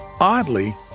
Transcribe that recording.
Oddly